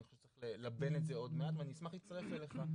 אני אלבן את זה עוד מעט ואני אשמח להצטרף אליך.